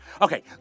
Okay